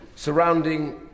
surrounding